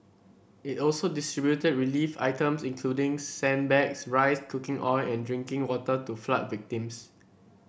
it also distributed relief items including sandbags rice cooking oil and drinking water to flood victims